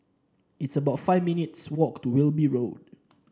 it's about five minutes' walk to Wilby Road